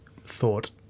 thought